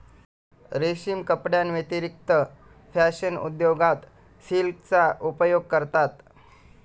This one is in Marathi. रेशीम कपड्यांव्यतिरिक्त फॅशन उद्योगात सिल्कचा उपयोग करतात